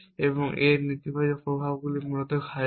এবং a এর নেতিবাচক প্রভাবগুলি মূলত খালি